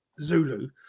Zulu